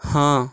ହଁ